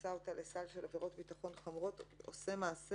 מכניסה אותה לסל של עבירות ביטחון חמורות: 121(ב) "עושה מעשה